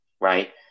right